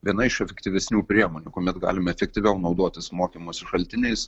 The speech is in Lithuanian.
viena iš efektyvesnių priemonių kuomet galime efektyviau naudotis mokymosi šaltiniais